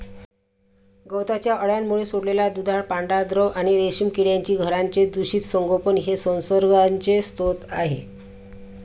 गवताच्या अळ्यांमुळे सोडलेला दुधाळ पांढरा द्रव आणि रेशीम किड्यांची घरांचे दूषित संगोपन हे संसर्गाचे स्रोत आहे